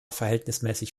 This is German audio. verhältnismäßig